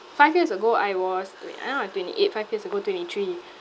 five years ago I was wait now I'm twenty eight five years ago twenty three